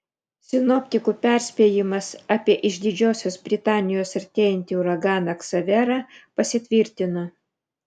sinoptikų perspėjimas apie iš didžiosios britanijos artėjantį uraganą ksaverą pasitvirtino